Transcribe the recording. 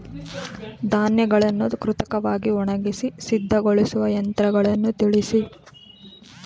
ಧಾನ್ಯಗಳನ್ನು ಕೃತಕವಾಗಿ ಒಣಗಿಸಿ ಸಿದ್ದಗೊಳಿಸುವ ಯಂತ್ರಗಳನ್ನು ತಿಳಿಸಿ?